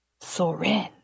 Soren